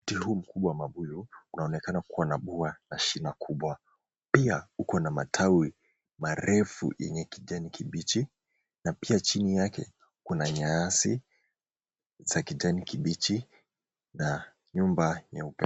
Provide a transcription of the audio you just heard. Mti huu mkubwa wa mbuyu unaonekana kuwa na bua na shina kubwa, pia una matawi marefu yenye kijani kibichi, chini yake kuna nyasi za kijani kibichi na nyumba nyeupe.